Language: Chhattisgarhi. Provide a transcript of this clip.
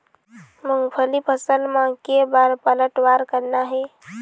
मूंगफली फसल म के बार पलटवार करना हे?